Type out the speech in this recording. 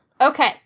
okay